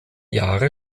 jahre